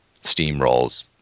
steamrolls